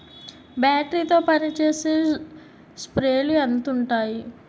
Battery తో పనిచేసే స్ప్రేలు ఎంత ఉంటాయి?